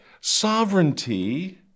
sovereignty